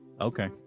Okay